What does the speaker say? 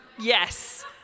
yes